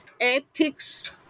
ethics